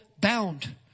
bound